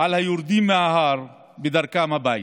על היורדים מההר בדרכם הביתה.